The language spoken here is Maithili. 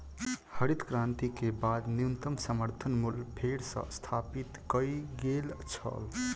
हरित क्रांति के बाद न्यूनतम समर्थन मूल्य फेर सॅ स्थापित कय गेल छल